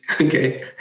Okay